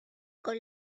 con